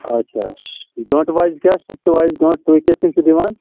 اَچھا گنٛٹہٕ وایِز کیٛاہ شِفٹہٕ وایِز گنٛٹہٕ تُہۍ کِتھٕ کٔنۍ چھِو دِوان